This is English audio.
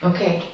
Okay